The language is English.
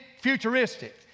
Futuristic